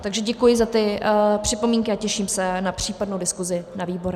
Takže děkuji za ty připomínky a těším se na případnou diskusi na výborech.